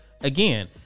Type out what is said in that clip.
Again